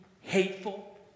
hateful